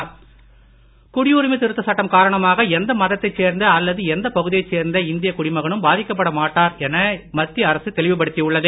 சட்டம் குடியுரிமை திருத்த சட்டம் காரணமாக எந்த மதத்தைச் சேர்ந்த அல்லது எந்த பகுதியைச் சேர்ந்த இந்திய குடிமகனும் பாதிக்கப்பட மாட்டார்கள் என மத்திய அரசு தெளிவு படுத்தி உள்ளது